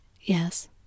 Yes